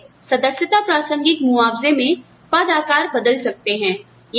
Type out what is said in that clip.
इसलिए सदस्यता प्रासंगिक मुआवजा में पद आकार बदल सकते हैं